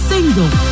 Single